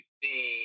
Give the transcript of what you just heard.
see